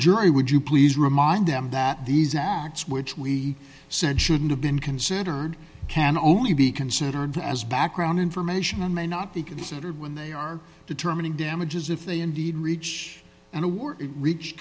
jury would you please remind them that these acts which we said shouldn't have been considered can only be considered as background information and may not be considered when they are determining damages if they indeed reach and were reached